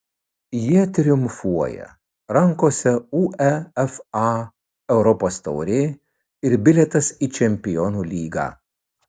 jie triumfuoja rankose uefa europos taurė ir bilietas į čempionų lygą